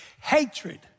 Hatred